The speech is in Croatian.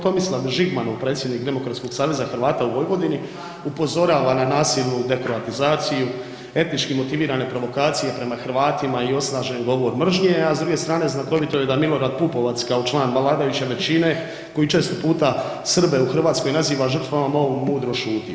Tomislav Žigman, predsjednik Demokratskog saveza Hrvata u Vojvodini upozorava na nasilnu dekroatizaciju, etnički motivirane provokacije prema Hrvatima i osnažen govor mržnje, a s druge strane, znakovito je da Milorad Pupovac, kao član vladajuće većine, koji često puta Srbe u Hrvatskoj naziva žrtvama, o ovom mudro šuti.